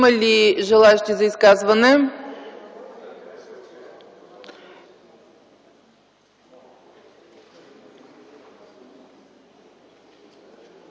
Има ли желаещи за изказване?